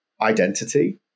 identity